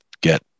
get